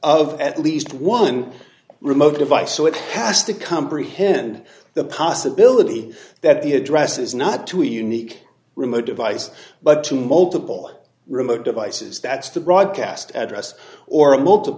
of at least one remote device so it has to come for him and the possibility that the address is not to a unique remote device but to multiple remote devices that's the broadcast address or a multiple